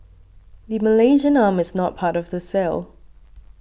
the Malaysian arm is not part of the sale